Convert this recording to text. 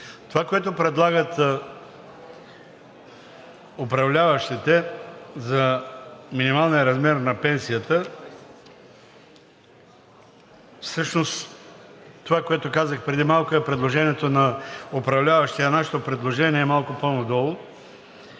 Това, което предлагат управляващите за минималния размер на пенсията – всъщност това, което казах преди малко, е предложението на управляващите, а нашето предложение е малко по-надолу